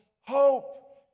hope